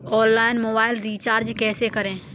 Online mobile recharge कैसे करें?